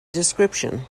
description